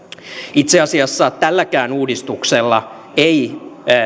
itse asiassa tälläkään uudistuksella ei